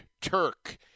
Turk